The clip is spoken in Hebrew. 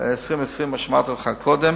מה שאמרתי לך קודם,